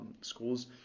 schools